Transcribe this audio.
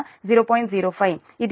05 ఇది 0